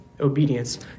obedience